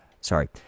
Sorry